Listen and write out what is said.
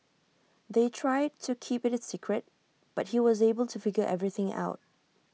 they tried to keep IT A secret but he was able to figure everything out